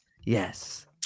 yes